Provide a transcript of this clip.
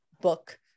book